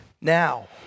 Now